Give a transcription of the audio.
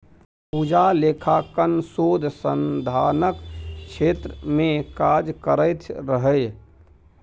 पूजा लेखांकन शोध संधानक क्षेत्र मे काज करैत रहय